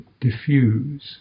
diffuse